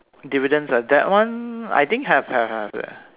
dividends ah that one I think have have have leh